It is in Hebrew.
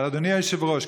אבל אדוני היושב-ראש,